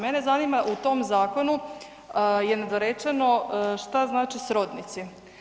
Mene zanima u tom zakonu je nedorečeno šta znači srodnici?